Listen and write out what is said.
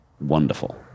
wonderful